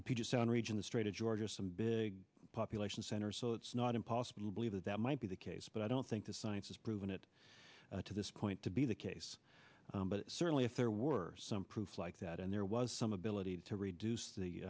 the puget sound region the strait of georgia some big population centers so it's not impossible to believe that that might be the case but i don't think the science has proven it to this point to be the case but certainly if there were some proof like that and there was some ability to reduce